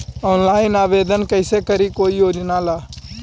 Online आवेदन कैसे करी कोई योजना ला?